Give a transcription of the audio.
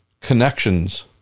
connections